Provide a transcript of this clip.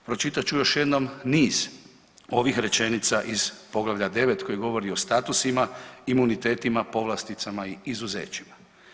Pročitat ću još jednom niz ovih rečenica iz Poglavlja 9. koje govori o statusima, imunitetima, povlasticama i izuzećima.